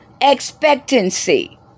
expectancy